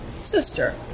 sister